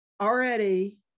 already